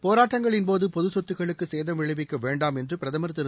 போராட்டங்களின்போது பொதுச் சொத்துக்களுக்கு சேதம் விளைவிக்க வேண்டாம் என்று பிரதமர் திரு